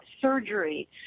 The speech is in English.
surgery